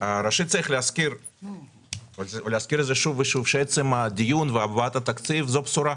שצריך להזכיר את זה שוב ושוב שעצם הדיון והבאת התקציב זו בשורה.